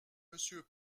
monsieur